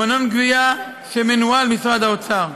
ומנגנון גבייה שמנוהל במשרד האוצר: